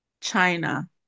China